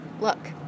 look